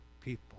people